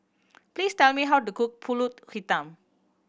please tell me how to cook Pulut Hitam